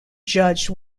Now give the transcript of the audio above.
judged